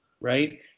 right